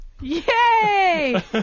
Yay